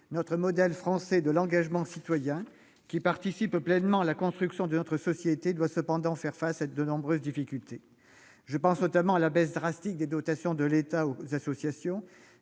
notre modèle français de l'engagement citoyen, qui participe pleinement à la construction de notre société, doit cependant faire face à de nombreuses difficultés. Je pense à la baisse drastique des dotations de l'État aux associations,